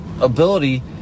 ability